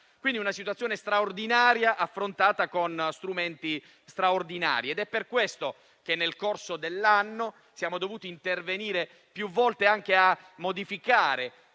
quindi una situazione straordinaria, affrontata con strumenti straordinari. È per questo che nel corso dell'anno siamo dovuti intervenire più volte, anche modificando